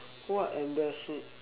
what embarrassing